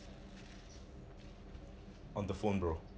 on the phone bro